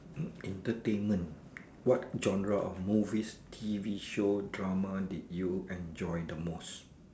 entertainment what genre of movies T_V show drama did you enjoy the most